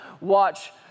watch